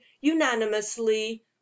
unanimously